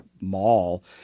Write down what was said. mall